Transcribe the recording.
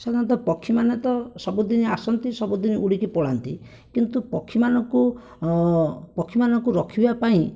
ସାଧାରଣତଃ ପକ୍ଷୀମାନେ ତ ସବୁଦିନ ଆସନ୍ତି ସବୁଦିନ ଉଡ଼ିକି ପଳାନ୍ତି କିନ୍ତୁ ପକ୍ଷୀମାନଙ୍କୁ ପକ୍ଷୀମାନଙ୍କୁ ରଖିବାପାଇଁ